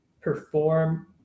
perform